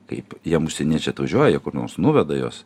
kaip jiem užsieniečiai atvažiuoja kur nors nuveda juos